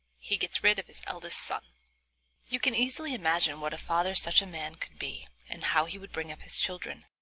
he gets rid of his eldest son you can easily imagine what a father such a man could be and how he would bring up his children.